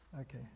Okay